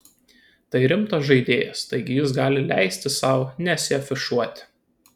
tai rimtas žaidėjas taigi jis gali leisti sau nesiafišuoti